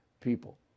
people